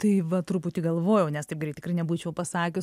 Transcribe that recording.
tai va truputį galvojau nes taip greit tikrai nebūčiau pasakius